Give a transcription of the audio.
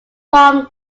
from